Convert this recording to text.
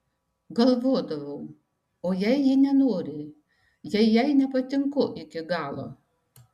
galvodavau o jei ji nenori jei jai nepatinku iki galo